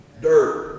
Dirt